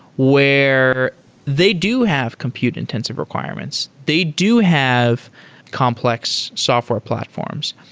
where they do have compute-intensive requirements. they do have complex software platforms.